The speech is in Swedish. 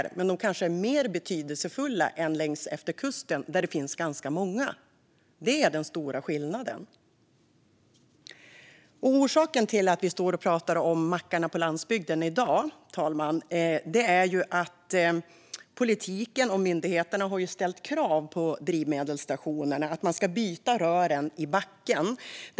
Men mackarna är kanske också mer betydelsefulla där än längs efter kusten, där det finns ganska många. Det är den stora skillnaden. Orsaken till att vi står och pratar om mackarna på landsbygden i dag, fru talman, är att politiken och myndigheterna har ställt krav på att drivmedelsstationerna ska byta rören i backen.